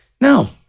no